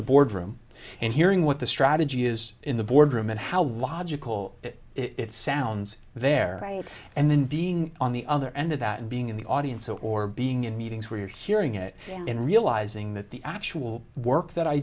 the boardroom and hearing what the strategy is in the boardroom and how logical it sounds there and then being on the other end of that being in the audience or being in meetings where you're hearing it and realizing that the actual work that i